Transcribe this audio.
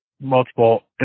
multiple